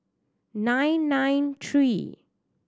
nine nine three